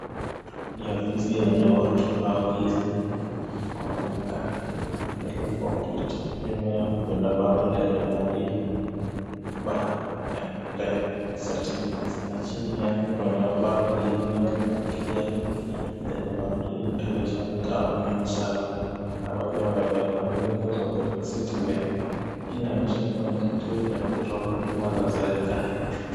Ni afisi yenye watu wawili wamekaa mbele ya ( computer) . Nyuma yao Kuna bango lenye maandishi Ba, da ( certificates) na chini yake Kuna bango kingine la kijani lenye maandishi ( our service is the convince of the citizens). Hii inaonesha ni kituo cha kutoa huduma za kiserekali.